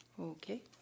Okay